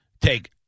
take